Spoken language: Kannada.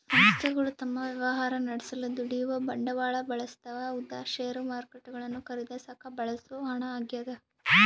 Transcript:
ಸಂಸ್ಥೆಗಳು ತಮ್ಮ ವ್ಯವಹಾರ ನಡೆಸಲು ದುಡಿಯುವ ಬಂಡವಾಳ ಬಳಸ್ತವ ಉದಾ ಷೇರುಗಳನ್ನು ಖರೀದಿಸಾಕ ಬಳಸೋ ಹಣ ಆಗ್ಯದ